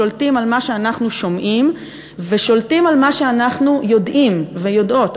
שולטים על מה שאנחנו שומעים ושולטים על מה שאנחנו יודעים ויודעות,